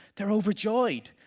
they're overjoyed,